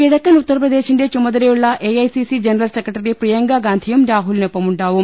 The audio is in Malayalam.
കിഴക്കൻ ഉത്തർപ്രദേശിന്റെ ചുമതലയുള്ള എഐസിസി ജന റൽസെക്രട്ടറി പ്രിയങ്കാഗാന്ധിയും രാഹുലിനൊപ്പം ഉണ്ടാവും